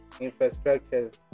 infrastructures